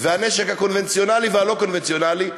והנשק הקונבנציונלי והלא-קונבנציונלי,